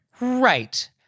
Right